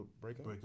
breakup